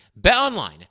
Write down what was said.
BetOnline